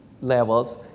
levels